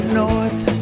north